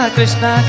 Krishna